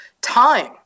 time